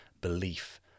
belief